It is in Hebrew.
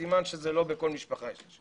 סימן שזה לא שבכל משפחה יש נשק.